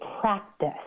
practice